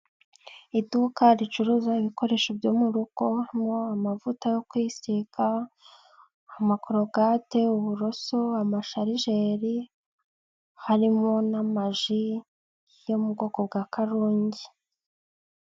Iduka ricuruza ibikoresho byo mu rugo, harimo amavuta yo kwisiga, amacrogate, uburoso, amasharijeri, harimo n'amaji yo mu bwoko bwa karungi.